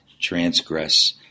transgress